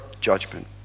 judgment